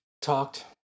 talked